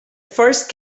first